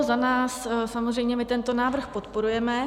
Za nás samozřejmě, my tento návrh podporujeme.